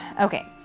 Okay